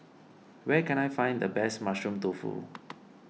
where can I find the best Mushroom Tofu